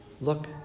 Look